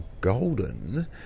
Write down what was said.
golden